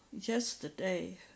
Yesterday